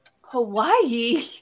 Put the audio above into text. Hawaii